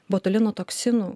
botulino toksinų